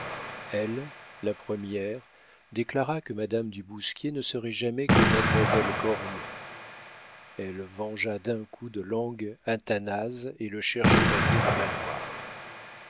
elle la première déclara que madame du bousquier ne serait jamais que mademoiselle cormon elle vengea d'un coup de langue athanase et le cher chevalier de valois